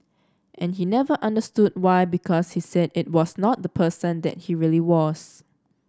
and he never understood why because he said it was not the person that he really was